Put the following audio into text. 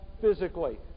physically